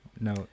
No